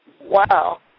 Wow